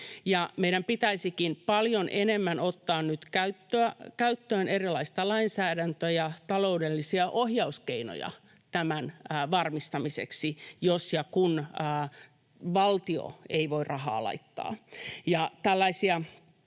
meidän pitäisikin paljon enemmän ottaa nyt käyttöön erilaisia lainsäädäntö- ja taloudellisia ohjauskeinoja tämän varmistamiseksi, jos ja kun valtio ei voi rahaa laittaa.